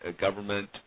government